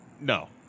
No